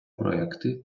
проекти